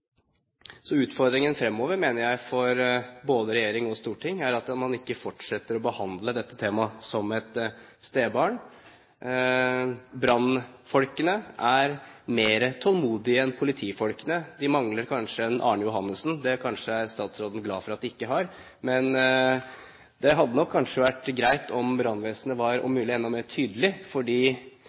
Så utfordringen fremover for både regjering og storting mener jeg er at man ikke fortsetter å behandle dette temaet som et stebarn. Brannfolkene er mer tålmodige enn politifolkene. De mangler kanskje en Arne Johannessen. Det er kanskje statsråden glad for at de ikke har. Det hadde kanskje vært greit om brannvesenet var om mulig enda mer tydelig,